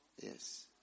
Yes